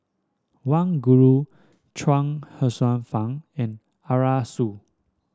Wang Gungwu Chuang Hsueh Fang and Arasu